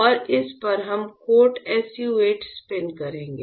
और इस पर हम कोट SU 8 स्पिन करेंगे